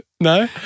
No